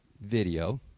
video